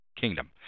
kingdom